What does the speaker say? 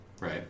Right